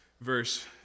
verse